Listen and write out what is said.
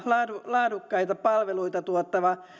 laadukkaita palveluita tuottava